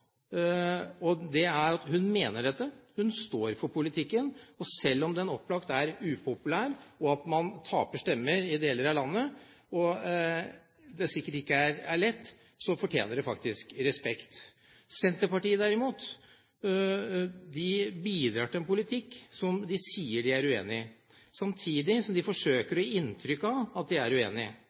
og det er at hun mener dette. Hun står for politikken. Selv om den opplagt er upopulær og man taper stemmer i deler av landet – og det er sikkert ikke lett – fortjener det faktisk respekt. Senterpartiet, derimot, bidrar til en politikk som de sier de er uenige i, samtidig som de forsøker å gi inntrykk av at de er enige med oss. De står på tv og hevder at de er uenige,